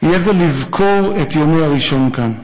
יהיה זה: לזכור את יומי הראשון כאן,